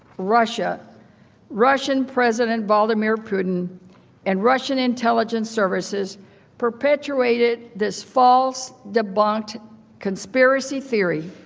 russian russian president vladimir putin and russian intelligence services perpetuated this false debunked conspiracy theory.